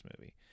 movie